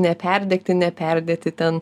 neperdegti neperdėti ten